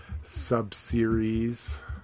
sub-series